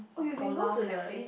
or polar cafe